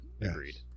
Agreed